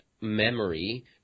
memory